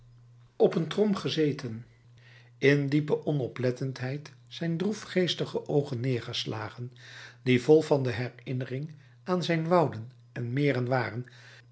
op een trom gezeten in diepe onoplettendheid zijn droefgeestige oogen neergeslagen die vol van de herinnering aan zijn wouden en meren waren